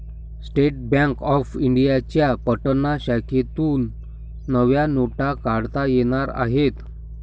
state Bank of इंडियाच्या पटना शाखेतून नव्या नोटा काढता येणार आहेत